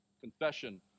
confession